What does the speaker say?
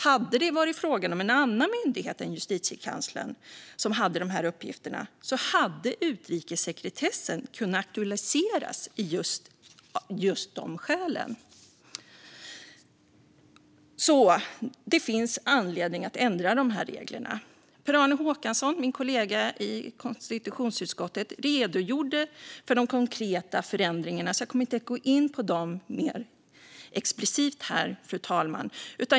Hade det varit fråga om en annan myndighet än Justitiekanslern som hade uppgifterna så hade utrikessekretessen kunnat aktualiseras av just de skälen. Det finns anledning att ändra reglerna. Min kollega i konstitutionsutskottet Per-Arne Håkansson redogjorde för de konkreta förändringarna. Jag kommer inte att gå in på dem mer explicit här, fru talman.